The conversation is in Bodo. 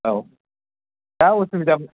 औ जा असुबिदा